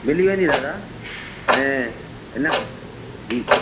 मिली वेंदी दादा ऐं न जी